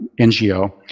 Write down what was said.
NGO